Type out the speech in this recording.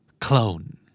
Clone